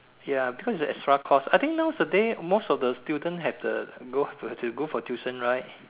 ya because it's a extra cost I think nowadays most of the student have the go have to go for tuition right